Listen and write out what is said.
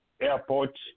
airport